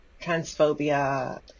transphobia